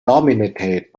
dominated